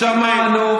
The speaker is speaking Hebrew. שמענו.